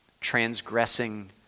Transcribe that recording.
transgressing